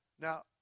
Now